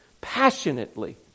passionately